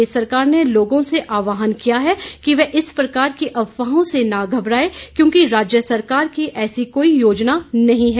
प्रदेश सरकार ने लोगों से आहवान किया है कि वे इस प्रकार की अफवाहों से न घबरायें क्योंकि राज्य सरकार की ऐसी कोई योजना नहीं हैं